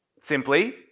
Simply